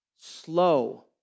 slow